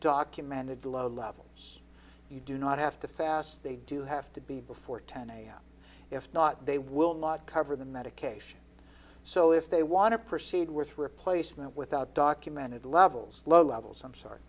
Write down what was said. documented low levels you do not have to fast they do have to be before ten am if not they will not cover the medication so if they want to proceed with replacement without documented levels low levels i'm sorry